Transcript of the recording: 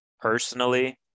personally